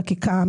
חקיקה,